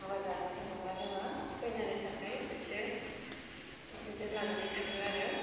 हाबा जानो थाङोब्ला जोङो खैनानि थाखाय मोनसे बेबादि जों लानानै थाङो आरो